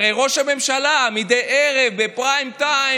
הרי ראש הממשלה מדי ערב בפריים-טיים